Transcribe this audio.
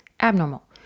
abnormal